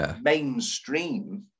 mainstream